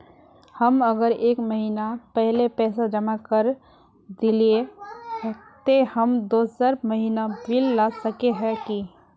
हम अगर एक महीना पहले पैसा जमा कर देलिये ते हम दोसर महीना बिल ला सके है की?